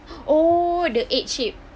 oh the egg shape